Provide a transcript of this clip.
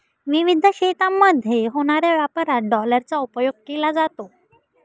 विविध देशांमध्ये होणाऱ्या व्यापारात डॉलरचा उपयोग केला जातो